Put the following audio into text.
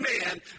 man